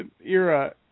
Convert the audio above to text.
era